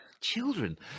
children